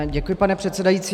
Děkuji, pane předsedající.